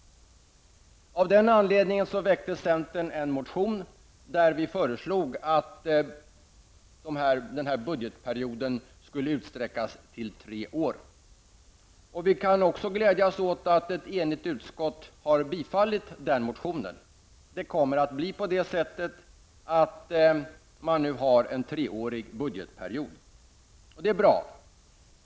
Av den anledningen väckte centern en motion, där vi föreslog att budgetperioden skulle utsträckas till tre år. Vi kan glädjas åt att ett enigt utskott har tillstyrkt den motionen. Det kommer att bli en treårig budgetperiod, och det är bra.